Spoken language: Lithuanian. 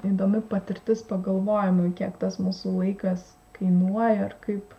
įdomi patirtis pagalvojimui kiek tas mūsų laikas kainuoja ir kaip